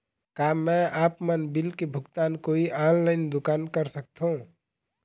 का मैं आपमन बिल के भुगतान कोई ऑनलाइन दुकान कर सकथों?